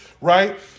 right